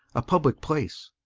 a public place.